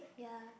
ya